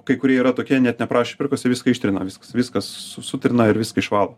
kai kurie yra tokie net neprašė išpirkos viską ištrina viskas viskas sutrina ir viską išvalo